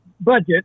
budget